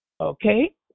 okay